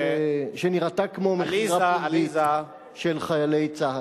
שנראתה כמו מכירה פומבית של חיילי צה"ל.